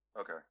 Okay